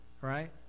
right